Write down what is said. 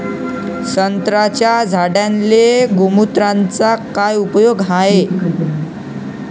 संत्र्याच्या झाडांले गोमूत्राचा काय उपयोग हाये?